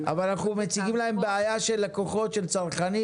אבל אנחנו מציגים להם בעיה של לקוחות, של צרכנים